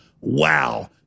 Wow